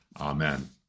Amen